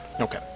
Okay